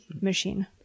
machine